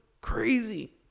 Crazy